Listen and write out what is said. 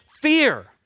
Fear